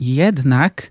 jednak